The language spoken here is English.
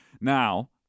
Now